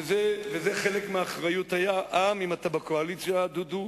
זה חלק מהאחריות, אם אתה בקואליציה, דודו,